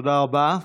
תודה רבה.